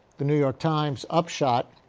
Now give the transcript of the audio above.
the new york times upshot